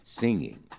singing